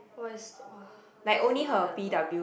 !wah! it's !wah! that's another level